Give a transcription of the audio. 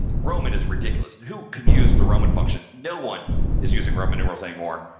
roman is ridiculous and who can use the roman function. no one is using roman numerals anymore,